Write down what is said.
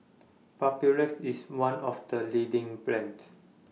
Papulex IS one of The leading brands